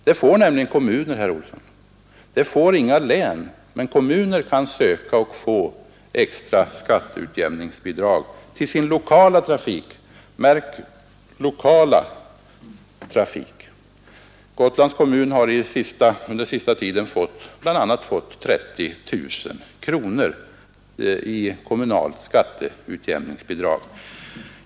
Det får nämligen kommuner, herr Olsson, men ett län kan inte få extra skatteutjämningsbidrag till sin lokala — märk lokala — trafik. Gotlands kommun har under den sista tiden bl.a. fått 30 000 kronor i kommunalt skatteutjämningsbidrag.